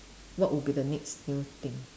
what would be next new thing